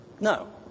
no